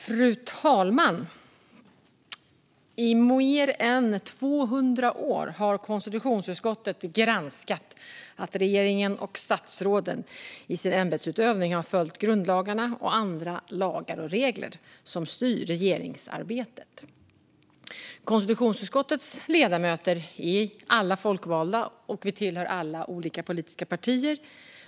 Fru talman! I mer än 200 år har konstitutionsutskottet granskat att regeringen och statsråden i sin ämbetsutövning har följt grundlagarna och andra lagar och regler som styr regeringsarbetet. Konstitutionsutskottets ledamöter är alla folkvalda, och vi tillhör alla olika politiska partier.